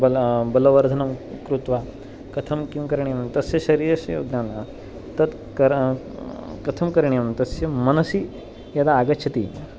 बला बलवर्धनं कृत्वा कथं किं करणीयं तस्य शरीरस्येव ज्ञानं तत् कर कथं करणीयं तस्य मनसि यदा आगच्छति